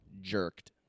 jerked